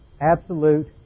Absolute